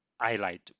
highlight